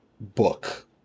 book